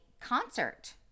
concert